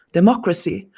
democracy